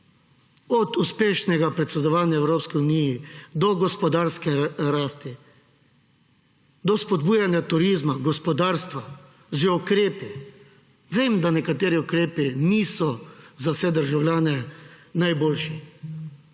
od uspešnega predsedovanja Evropski uniji, do gospodarske rasti, do spodbujanja turizma, gospodarstva z ukrepi. Vem, da nekateri ukrepi niso za vse državljane najboljši,